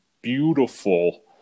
beautiful